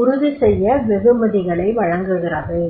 உறுதி செய்ய வெகுமதிகளை வழங்குகின்றது